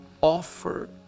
offer